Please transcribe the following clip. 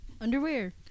Underwear